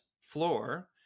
floor